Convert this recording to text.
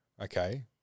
Okay